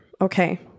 okay